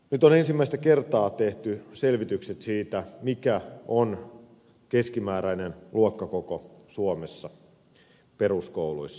nyt on ensimmäistä kertaa tehty selvitykset siitä mikä on keskimääräinen luokkakoko suomessa peruskouluissa